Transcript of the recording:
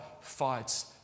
fights